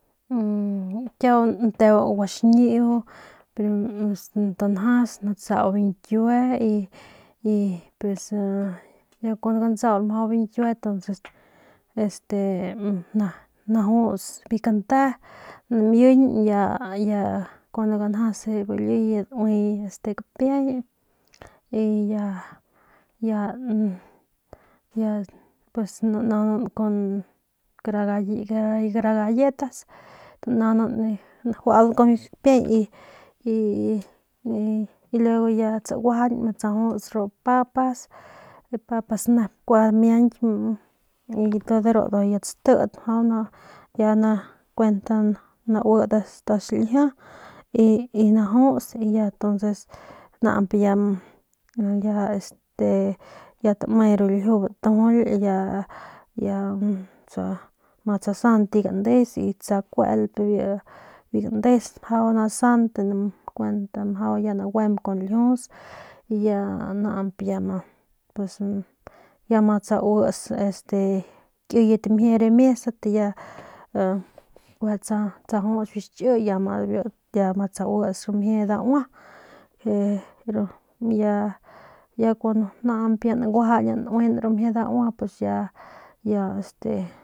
Kiau nte guaxiñiu tanjas natsau biu nkiue y y pues ya kuando gantsaul mjau entonces este najus biu kante namiñ y ya kuando gunjase bu liye dauye este kapiey y ya ya ya pues nanaunan kun kara galletas najuudan kun biu kapiey y y y luego ya tsaguajañ ya tsajuts ru papas papas nep kua miañk y tu de ru ndujuy ya tsatit ya ya kuent naui nda xiljia y najuts y nañp ya entoces tame ru ljiu batujuly ya ya ma tsasant biu gandes y tsakuelp biu gandes mjau tsasant biu kuen ya naguemp kun ljius naañp ya ya tsauts este kiyet mjie ramiesat y ya y ya tsajuts biu xchi y ya ma nauits ru mjie daua y ya naañp ya naguajañan nuin ru mjie daua pues ya este.